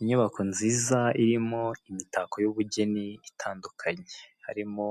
Inyubako nziza irimo imitako y'ubugeni itandukanye harimo